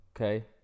Okay